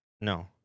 No